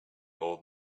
old